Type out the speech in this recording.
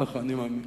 כך אני מאמין.